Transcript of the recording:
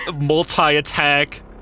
multi-attack